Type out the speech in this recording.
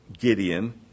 Gideon